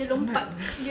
what